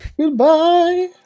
Goodbye